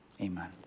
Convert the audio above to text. Amen